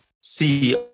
see